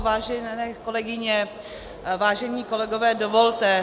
Vážené kolegyně, vážení kolegové, dovolte